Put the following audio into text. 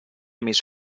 mis